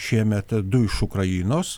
šiemet du iš ukrainos